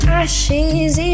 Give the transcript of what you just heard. ashes